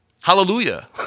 Hallelujah